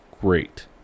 great